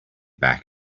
back